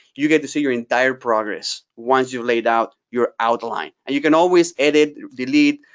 you get to see your entire progress, once you've laid out your outline, and you can always edit, delete,